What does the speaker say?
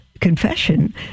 confession